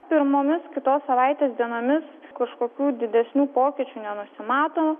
pirmomis kitos savaitės dienomis kažkokių didesnių pokyčių nenusimato